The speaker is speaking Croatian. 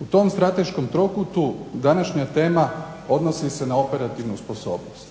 U tom strateškom trokutu današnja tema odnosi se na operativnu sposobnost,